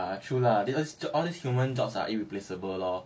ya true lah that's why all these human jobs are irreplaceable lor